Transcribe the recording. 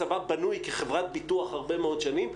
הצבא בנוי כחברת ביטוח הרבה מאוד שנים,